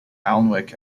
alnwick